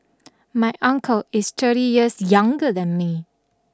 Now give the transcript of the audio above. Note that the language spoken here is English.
my uncle is thirty years younger than me